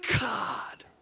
God